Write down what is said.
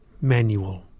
manual